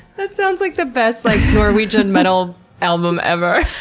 that sounds like the best like norwegian metal album ever.